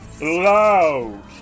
loud